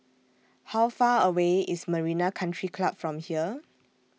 How Far away IS Marina Country Club from here